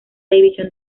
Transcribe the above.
división